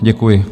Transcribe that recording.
Děkuji.